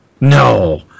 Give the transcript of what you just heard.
no